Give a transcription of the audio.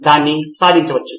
నాకు అది అర్థమైంది